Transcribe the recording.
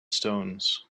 stones